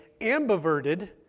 ambiverted